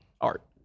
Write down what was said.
Art